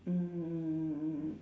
mm